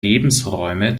lebensräume